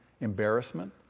Embarrassment